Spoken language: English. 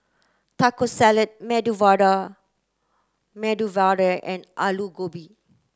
Taco Salad Medu Vada Medu Vada and Alu Gobi